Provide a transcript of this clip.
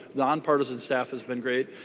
nonpartisan staff has been great.